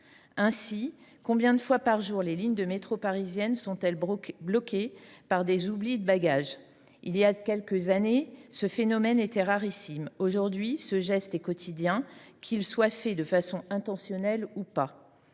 Ainsi, combien de fois par jour les lignes de métro parisiennes sont elles bloquées par des oublis de bagages ? Voilà quelques années, ce phénomène était rarissime. Aujourd’hui, il est quotidien, qu’il résulte d’actes intentionnels ou non.